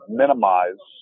minimize